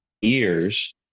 years